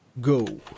go